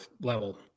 level